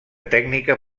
tècnica